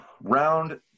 round